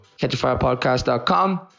catchafirepodcast.com